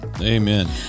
Amen